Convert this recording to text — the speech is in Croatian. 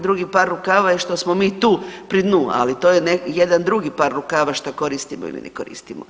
Drugi par rukava je što smo mi tu pri dnu, ali to je jedan drugi par rukava što koristimo ili ne koristimo.